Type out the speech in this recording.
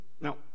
Now